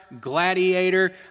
Gladiator